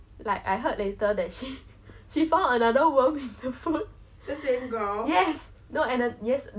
like err this time the food was all together at the like the lunch was at the at the like